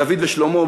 בדוד ובשלמה,